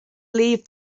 leave